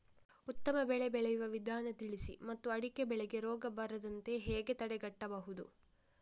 ಉತ್ತಮ ಬೆಳೆ ಬೆಳೆಯುವ ವಿಧಾನ ತಿಳಿಸಿ ಮತ್ತು ಅಡಿಕೆ ಬೆಳೆಗೆ ರೋಗ ಬರದಂತೆ ಹೇಗೆ ತಡೆಗಟ್ಟಬಹುದು?